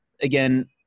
again